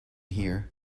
here